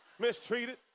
mistreated